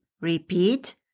Repeat